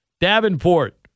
Davenport